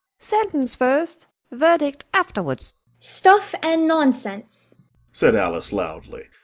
sentence first verdict afterwards stuff and nonsense said alice loudly.